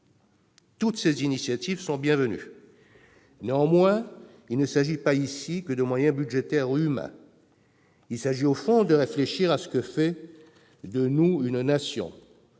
Toutes ces initiatives sont bienvenues. Néanmoins, il ne doit pas être uniquement question de moyens budgétaires ou humains, car il s'agit au fond de réfléchir à ce qui fait de nous une nation,